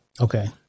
Okay